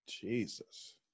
jesus